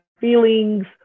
Feelings